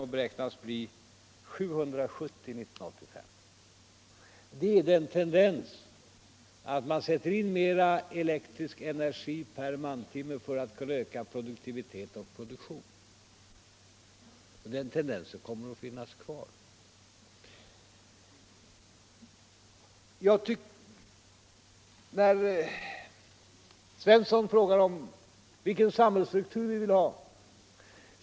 Där beräknades det bli 770 år 1985. Vi har den tendensen att man sätter in mera elektrisk energi per mantimme för att kunna öka produktiviteten och produktionen. Den tendensen kommer att finnas kvar. Herr Svensson i Malmö frågar vilken samhällsstruktur vi vill ha.